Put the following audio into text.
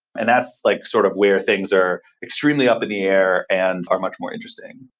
and that's like sort of where things are extremely up in the air and are much more interesting.